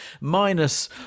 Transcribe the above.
minus